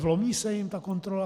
Vlomí se jim ta kontrola?